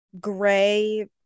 gray